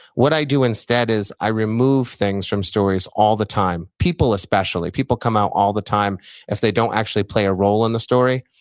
what i do instead is i remove things from stories all the time. people especially, people come out all the time if they don't actually play a role in the story.